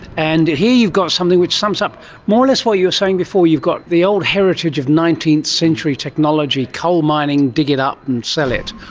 and here you got something which sums up more or less what you were saying before, you've got the old heritage of nineteenth century technology, coal mining, dig it up and sell it,